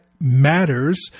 matters